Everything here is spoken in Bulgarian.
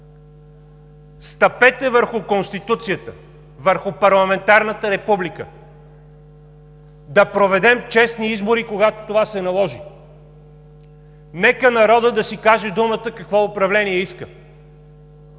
стъпете върху Конституцията, върху парламентарната република! Да проведем честни избори, когато това се наложи. Нека народът да си каже думата какво управление иска.